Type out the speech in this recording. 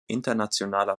internationaler